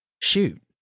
shoot